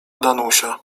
danusia